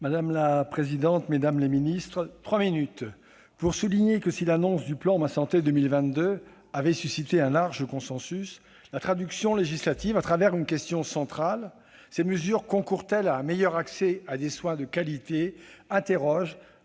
Madame la présidente, mesdames les ministres, mes chers collègues, si l'annonce du plan Ma santé 2022 avait suscité un large consensus, sa traduction législative, à travers une question centrale- ces mesures concourent-elles à un meilleur accès à des soins de qualité ?-, interroge,